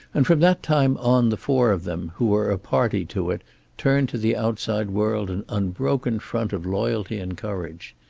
and from that time on the four of them who were a party to it turned to the outside world an unbroken front of loyalty and courage.